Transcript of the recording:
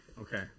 Okay